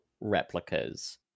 replicas